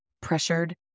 pressured